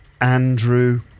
Andrew